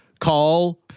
call